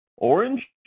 orange